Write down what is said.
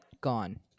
gone